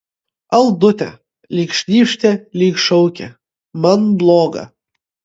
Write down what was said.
aldute lyg šnypštė lyg šaukė man bloga